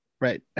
right